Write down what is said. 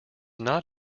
not